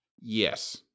Yes